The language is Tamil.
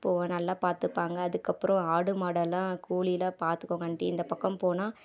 போவேன் நல்லா பார்த்துப்பாங்க அதுக்கு அப்புறம் ஆடு மாடெல்லாம் கோழியெலாம் பார்த்துக்கோங்க ஆண்ட்டி இந்த பக்கம் போனால்